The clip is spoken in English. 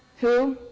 who?